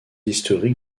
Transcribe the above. historique